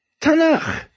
Tanakh